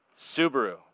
Subaru